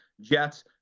Jets